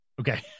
Okay